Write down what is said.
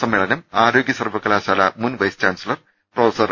സമ്മേളനം ആരോഗൃ സർവ്വകലാശാല മുൻ വൈസ് ചാൻസലർ പ്രൊഫസർ